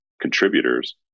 contributors